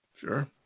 Sure